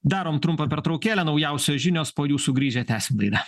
darom trumpą pertraukėlę naujausios žinios po jų sugrįžę tęsim laidą